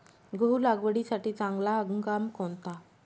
गहू लागवडीसाठी चांगला हंगाम कोणता?